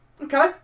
okay